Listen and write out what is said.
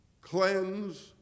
Cleanse